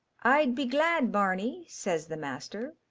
i'd be glad, barney, says the master,